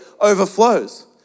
overflows